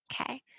Okay